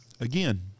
Again